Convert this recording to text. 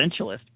essentialist